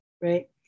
right